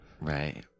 Right